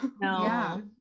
No